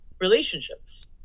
Relationships